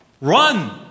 Run